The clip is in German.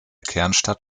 kernstadt